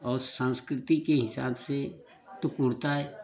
और संस्कृति के हिसाब से तो कुर्ता